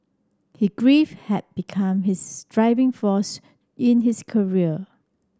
his grief had become his driving force in his career